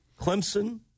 clemson